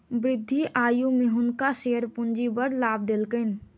वृद्ध आयु में हुनका शेयर पूंजी बड़ लाभ देलकैन